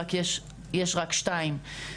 רק יש רק שתיים.